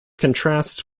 contrasts